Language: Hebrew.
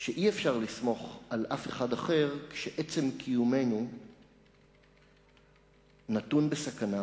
שאי-אפשר לסמוך על אף אחד אחר כשעצם קיומנו נתון בסכנה.